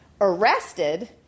arrested